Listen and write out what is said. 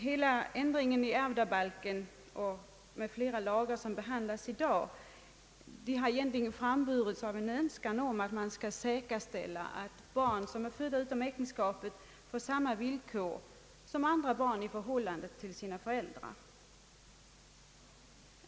Hela den föreslagna ändringen av ärvdabalken m.fl. lagar som behandlas i dag har egentligen framburits av en önskan om att säkerställa att barn födda utom äktenskapet får samma villkor som andra barn i förhållande till sina föräldrar.